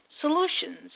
solutions